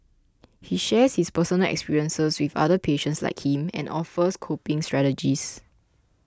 he shares his personal experiences with other patients like him and offers coping strategies